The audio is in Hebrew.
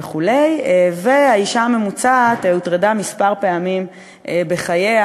וכו', והאישה הממוצעת הוטרדה מספר פעמים בחייה,